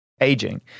aging